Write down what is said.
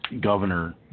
Governor